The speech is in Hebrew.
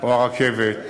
או הרכבת,